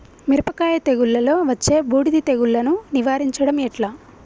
మిరపకాయ తెగుళ్లలో వచ్చే బూడిది తెగుళ్లను నివారించడం ఎట్లా?